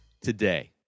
today